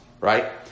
right